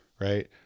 right